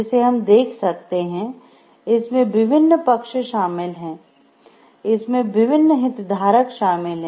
जिसे हम देख सकते हैं इसमें विभिन्न पक्ष शामिल हैं इसमें विभिन्न हितधारक शामिल हैं